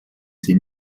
sie